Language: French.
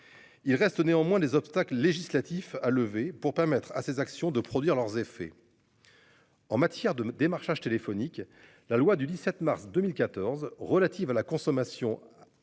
Il reste néanmoins des obstacles législatifs à lever pour permettre à ces actions de produire leurs effets.-- En matière de démarchage téléphonique. La loi du 17 mars 2014 relatives à la consommation.